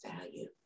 value